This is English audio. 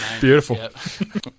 Beautiful